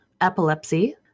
epilepsy